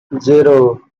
zero